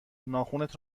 ناخنت